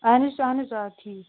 اہن حظ اہن حظ آ ٹھیٖک